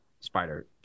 spider